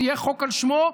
יהיה חוק על שמו,